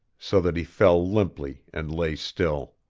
so that he fell limply and lay still.